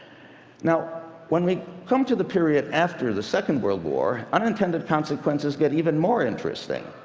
now when we come to the period after the second world war, unintended consequences get even more interesting.